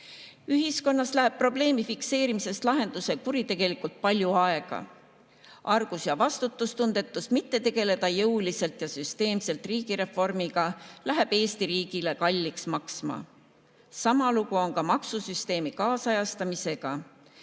Ühiskonnas läheb probleemi fikseerimisest lahenduseni kuritegelikult palju aega. Argus ja vastutustundetus mitte tegeleda jõuliselt ja süsteemselt riigireformiga läheb Eesti riigile kalliks maksma. Sama lugu on maksusüsteemi kaasajastamisega.